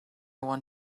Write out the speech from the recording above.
want